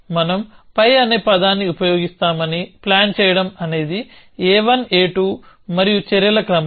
మనం పై అనే పదాన్ని ఉపయోగిస్తామని ప్లాన్ చేయడం అనేది a1a2 మరియు చర్యల క్రమం